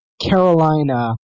Carolina